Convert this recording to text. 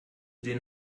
den